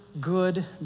good